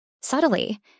Subtly